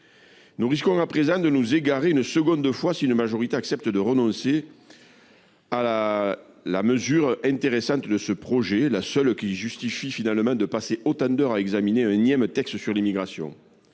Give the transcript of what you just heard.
Nous risquons à présent de nous égarer une seconde fois, si une majorité accepte de renoncer à la mesure intéressante de ce projet de loi, la seule qui justifie de passer autant d’heures à examiner un énième texte sur l’immigration.